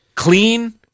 Clean